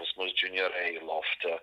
pas mus džiuniorai lofte